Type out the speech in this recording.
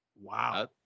Wow